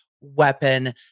weapon